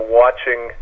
watching